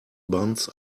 buns